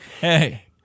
Hey